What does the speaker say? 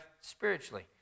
spiritually